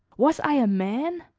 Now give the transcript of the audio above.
was i a man?